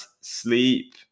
sleep